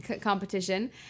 competition